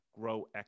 grow